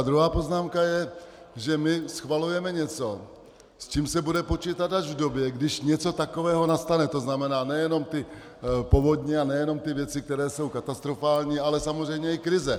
Druhá poznámka je, že my schvalujeme něco, s čím se bude počítat až v době, když něco takového nastane, to znamená nejenom povodně, nejenom věci, které jsou katastrofální, ale samozřejmě i krize.